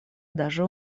даже